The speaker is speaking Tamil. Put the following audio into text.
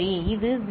இது 0